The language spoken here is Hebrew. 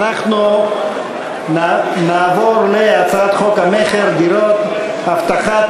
אנחנו נעבור להצעת חוק המכר (דירות) (הבטחת